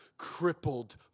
crippled